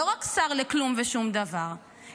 לא רק שר לכלום ושום דבר,